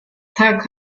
tak